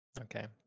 okay